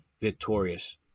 victorious